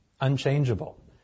unchangeable